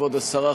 כבוד השרה,